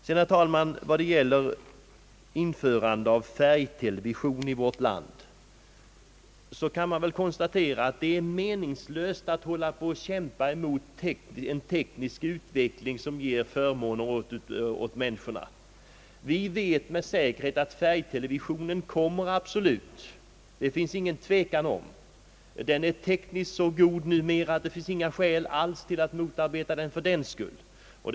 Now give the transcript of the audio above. När det gäller frågan om införande av färgtelevision i vårt land kan det konstateras att det är meningslöst att kämpa emot en teknisk utveckling som ger förmåner åt människorna. Vi vet med säkerhet att färgtelevisionen kommer; det finns ingen tvekan om den saken. Man har på det tekniska området kommit så långt härvidlag att det inte finns någon anledning att motarbeta införandet av färg-TV.